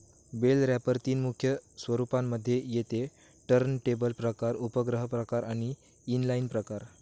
bell wrapper तीन मुख्य स्वरूपांना मध्ये येते टर्नटेबल प्रकार, उपग्रह प्रकार आणि इनलाईन प्रकार